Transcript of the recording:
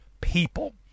people